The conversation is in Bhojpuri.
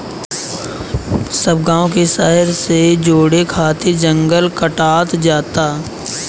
सब गांव के शहर से जोड़े खातिर जंगल कटात जाता